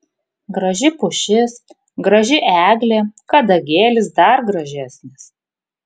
graži pušis graži eglė kadagėlis dar gražesnis